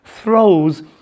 throws